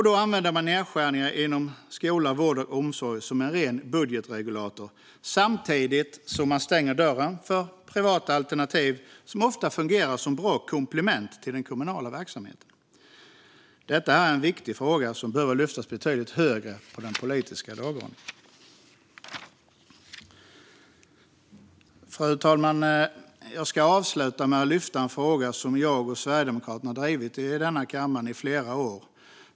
Då använder man nedskärningar inom skola, vård och omsorg som en ren budgetregulator samtidigt som man stänger dörren för privata alternativ, som ofta fungerar som ett bra komplement till den kommunala verksamheten. Detta är en viktig fråga som behöver lyftas betydligt högre på den politiska dagordningen. Fru talman! Jag ska avsluta med att lyfta en fråga som jag och Sverigedemokraterna har drivit i denna kammare i flera år.